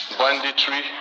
banditry